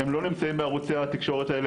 הם לא נמצאים בערוצי התקשורת האלה,